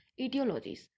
etiologies